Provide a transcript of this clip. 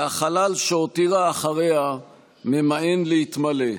והחלל שהותירה אחריה ממאן להתמלא.